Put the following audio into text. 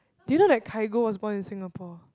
do you know that Kygo was born in Singapore